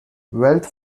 wealth